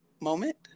moment